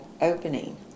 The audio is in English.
opening